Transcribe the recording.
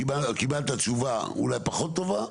קיבלת תשובה אולי פחות טובה.